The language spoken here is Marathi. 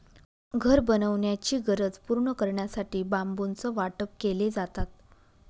घर बनवण्याची गरज पूर्ण करण्यासाठी बांबूचं वाटप केले जातात